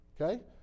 Okay